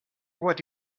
what